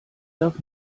darf